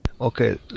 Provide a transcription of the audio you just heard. Okay